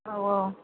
औ औ